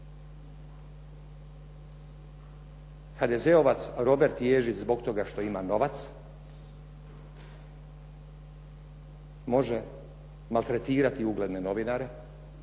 HDZ-ovac Robert Ježić zbog toga što ima novac može maltretirati ugledne novinare,